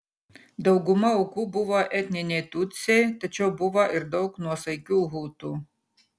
dauguma aukų buvo etniniai tutsiai tačiau buvo ir daug nuosaikių hutų